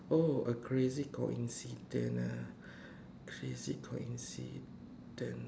oh a crazy coincident ah crazy coincident